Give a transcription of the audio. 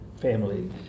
family